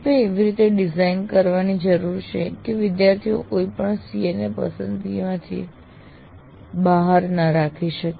આપે એવી રીતે ડિઝાઇન કરવાની જરૂર છે કે વિદ્યાર્થીઓ કોઈપણ CO ને પસંદગીમાંથી બહાર ન રાખી શકે